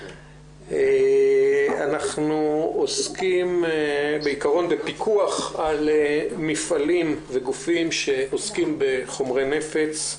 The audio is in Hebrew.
אנחנו עוסקים בעיקרון בפיקוח על מפעלים וגופים שעוסקים בחומרי נפץ.